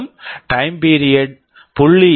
மற்றும் time period time period 0